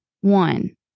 one